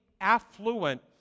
affluent